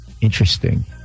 interesting